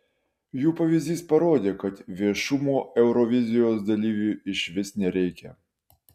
jų pavyzdys parodė kad viešumo eurovizijos dalyviui išvis nereikia